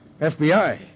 FBI